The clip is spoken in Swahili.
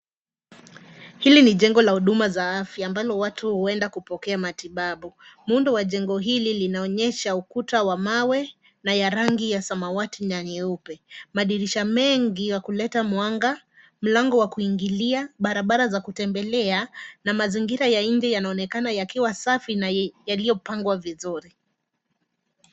Hili ni jengo la huduma za afya ambalo watu huenda kupokea matibabu. Muundo wa jengo hili linaonyesha ukuta wa mawe na ya rangi ya samawati na nyeupe. Madirisha mengi ya kuleta mwanga, mlango wa kuingilia, barabara za kutembelea na mazingira ya nje yanaonekana yakiwa safi na yaliyopangwa vizuri.